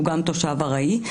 שהוא גם תושב ארעי,